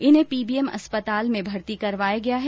इन्हे पीबीएम अस्पताल में भर्ती केरवाया गया है